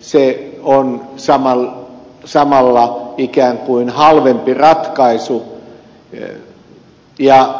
se on samalla ikään kuin halvempi ratkaisu ja